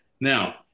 Now